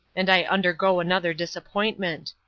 and i undergo another disappointment.